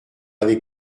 avec